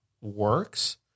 works